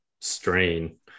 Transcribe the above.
strain